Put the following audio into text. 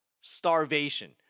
starvation